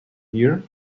here